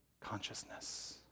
consciousness